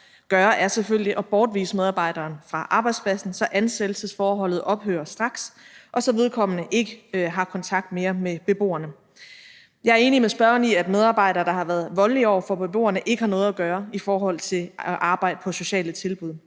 gøre, er selvfølgelig at bortvise medarbejderen fra arbejdspladsen, så ansættelsesforholdet ophører straks, og så vedkommende ikke mere har kontakt med beboerne. Jeg er enig med spørgeren i, at medarbejdere, der har været voldelige over for beboerne, ikke har noget at gøre i forhold til at arbejde på sociale tilbud.